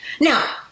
Now